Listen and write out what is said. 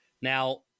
Now